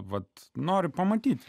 vat noriu pamatyti